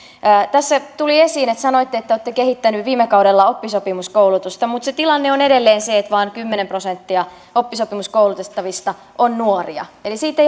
tässä tuli esiin että sanoitte että te olette kehittäneet viime kaudella oppisopimuskoulutusta mutta tilanne on edelleen se että vain kymmenen prosenttia oppisopimuskoulutettavista on nuoria eli siitä